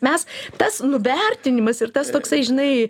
mes tas nuvertinimas ir tas toksai žinai